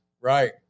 Right